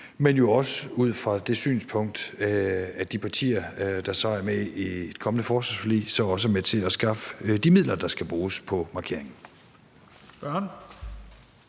men jo også ud fra det synspunkt, at de partier, der er med i et kommende forsvarsforlig, så også er med til at skaffe de midler, der skal bruges på markeringen.